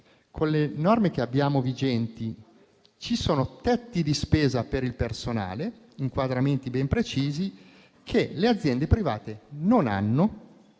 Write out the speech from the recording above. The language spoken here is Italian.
con le norme vigenti, ci sono tetti di spesa per il personale e inquadramenti ben precisi, che le aziende private non hanno,